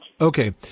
Okay